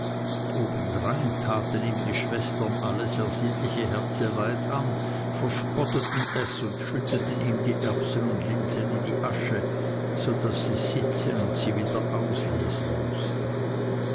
obendrein taten ihm die schwestern alles ersinnliche herzeleid an verspotteten es und schütteten ihm die erbsen und linsen in die asche so daß es sitzen und sie wieder auslesen mußte